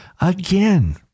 again